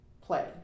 play